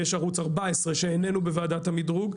יש ערוץ 14 שאיננו בוועדת המדרוג.